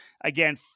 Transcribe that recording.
Again